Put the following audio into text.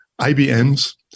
IBM's